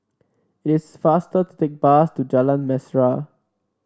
it is faster to take bus to Jalan Mesra